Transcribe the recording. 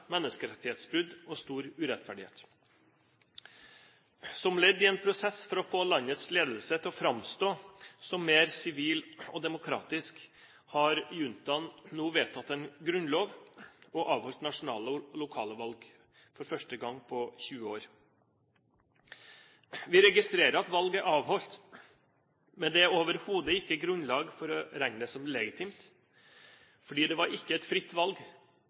menneskerettighetsbrudd og stor urettferdighet. Som ledd i en prosess med å få landets ledere til å framstå som mer sivile og demokratiske har juntaen nå vedtatt en grunnlov og avholdt nasjonale og lokale valg for første gang på 20 år. Vi registrerer at valg er avholdt, men det er overhodet ikke grunnlag for å regne det som legitimt, for det var ikke et fritt valg,